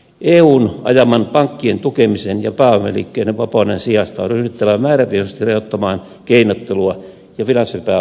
eun ajaman pankkien tukemisen ja pääomaliikkeiden vapauden sijasta on ryhdyttävä määrätietoisesti rajoittamaan keinottelua ja finanssipääoman valtaa